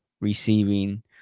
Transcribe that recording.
receiving